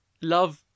love